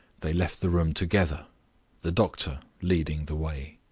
they left the room together the doctor leading the way.